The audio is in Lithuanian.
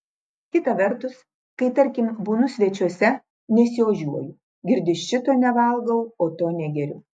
kita vertus kai tarkim būnu svečiuose nesiožiuoju girdi šito nevalgau o to negeriu